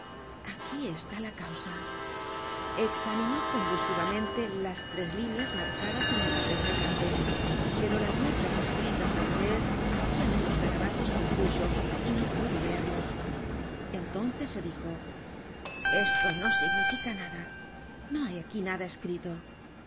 aquí está la causa examinó convulsivamente las tres líneas marcadas en el papel secante pero las letras escritas al revés hacían unos garabatos confusos y no pudo leerlos entonces se dijo esto no significa nada no hay aquí nada escrito